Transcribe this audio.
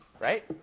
Right